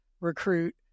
recruit